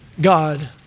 God